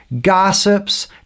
gossips